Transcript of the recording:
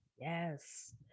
yes